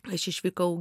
aš išvykau